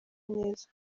myiza